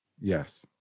Yes